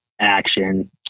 action